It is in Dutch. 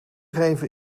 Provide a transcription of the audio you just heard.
geven